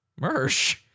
Mersh